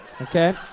Okay